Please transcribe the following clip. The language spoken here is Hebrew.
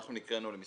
אל